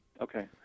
Okay